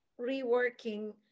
reworking